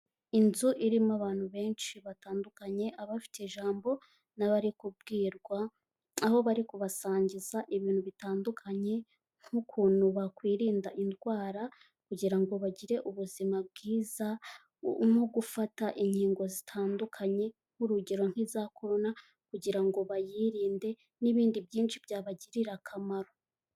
Inzu irimo abantu benshi batandukanye, abafite ijambo n'abari kubwirwa aho bari kubasangiza ibintu bitandukanye nk'ukuntu bakwirinda indwara kugira ngo bagire ubuzima bwiza nko gufata inkingo zitandukanye, nk'urugero nk'iza korona kugira ngo bayirinde n'ibindi byinshi byabagirira akamaro.